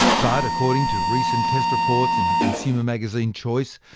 but, according to recent test reports in the consumer magazine, choice,